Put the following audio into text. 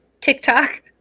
TikTok